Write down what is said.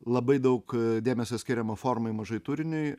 labai daug dėmesio skiriama formai mažai turiniui